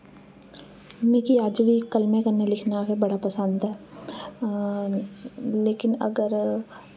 मिगी अज बी कलमै कन्नै लिखना बड़ा पसंद ऐ लेकिन अगर